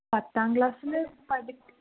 പത്താം ക്ലാസിൽ പഠി